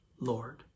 Lord